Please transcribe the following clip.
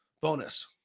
bonus